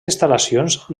instal·lacions